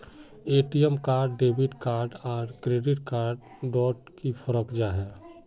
ATM card debit card आर credit card डोट की फरक जाहा?